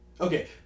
Okay